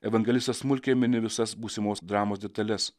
evangelistas smulkiai mini visas būsimos dramos detales